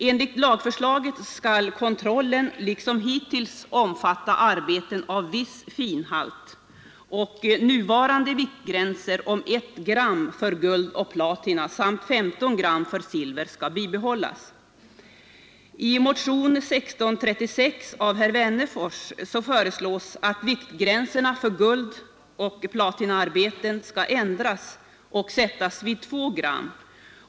Enligt lagförslaget skall kontrollen liksom hittills omfatta arbeten av viss finhalt, och nuvarande viktgränser om 1 gram för guld och platina samt 15 gram för silver bibehållas. I motionen 1636 av herr Wennerfors föreslås att viktgränserna för guldoch platinaarbeten sätts vid 2 gram.